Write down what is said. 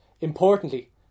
Importantly